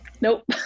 nope